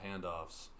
handoffs